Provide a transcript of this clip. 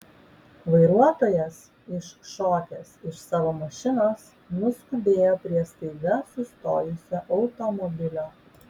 vairuotojas iššokęs iš savo mašinos nuskubėjo prie staiga sustojusio automobilio